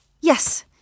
Yes